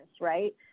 Right